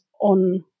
on